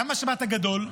למה שבת הגדול?